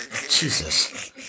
Jesus